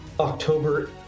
October